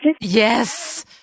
Yes